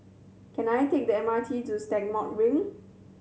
can I take the M R T to Stagmont Ring